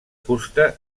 fusta